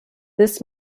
this